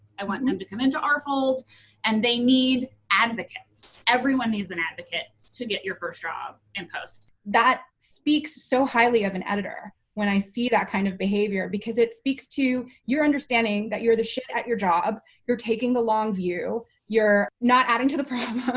i want them to come into our fold and they need advocates. everyone needs an advocate to get your first job in post. sg that speaks so highly of an editor when i see that kind of behavior because it speaks to your understanding that you're the shit at your job, you're taking the long view, you're not adding to the problem,